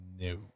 No